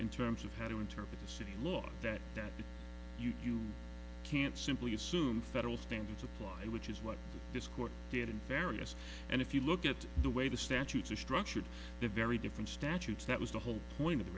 in terms of how to interpret the city law that you can't simply assume federal standards applied which is what this court did in various and if you look at the way the statutes are structured the very different statutes that was the whole point of the